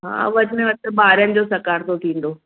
हा वधि में वधि ॿारनि जो सकारितो थींदो